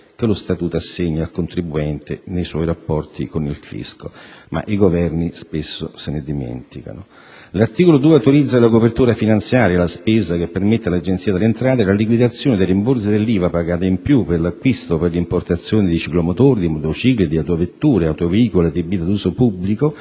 che lo Statuto assegna al contribuente nei suoi rapporti con il fisco. Ma i Governi spesso se ne dimenticano. L'articolo 2 autorizza la copertura finanziaria alla spesa che permette all'Agenzia delle entrate la liquidazione dei rimborsi dell'IVA pagata in più per l'acquisto o per l'importazione di ciclomotori, di motocicli e di autovetture e autoveicoli adibiti ad uso pubblico